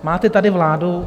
Máte tady vládu?